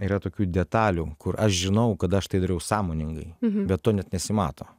yra tokių detalių kur aš žinau kad aš tai dariau sąmoningai be to net nesimato